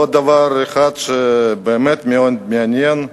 עוד דבר אחד, שהוא באמת מאוד מעניין.